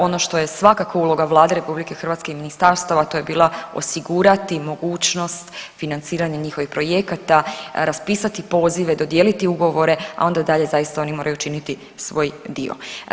Ono što je svakako uloga Vlade RH i ministarstava, a to je bila osigurati mogućnost financiranja njihovih projekata, raspisati pozive, dodijeliti ugovore a onda dalje zaista oni moraju činiti svoj dio.